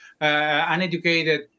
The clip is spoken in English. uneducated